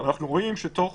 אבל אנחנו רואים שתוך